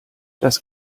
das